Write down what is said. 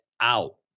out